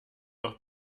noch